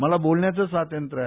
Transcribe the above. मला बोलण्याचं स्वातंत्र आहे